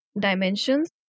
dimensions